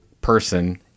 person